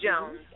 Jones